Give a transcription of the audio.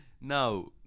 Now